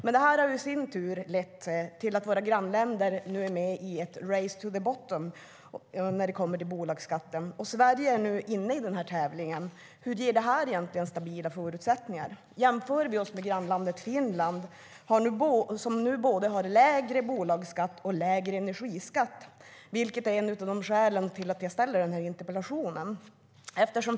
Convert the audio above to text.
Men det har i sin tur lett till att våra grannländer är med i ett race to the bottom när det gäller bolagsskatten, och Sverige är nu inne i den tävlingen. Hur ger detta egentligen stabila förutsättningar? Vi kan jämföra oss med grannlandet Finland, som nu har både lägre bolagsskatt och lägre energiskatt, och det är ett av skälen till att jag ställer interpellationen.